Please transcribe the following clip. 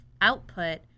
output